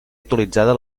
actualitzada